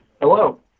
Hello